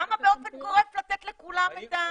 למה באופן גורף לתת לכולם את הסמכות הזאת?